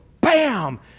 bam